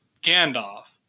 Gandalf